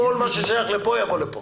כל מה ששייך לפה, יבוא לפה.